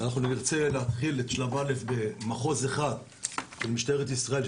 אנחנו נרצה להתחיל את שלב א' במחוז אחד של משטרת ישראל,